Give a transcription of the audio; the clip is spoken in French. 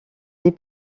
les